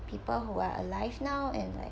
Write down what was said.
people who are alive now and like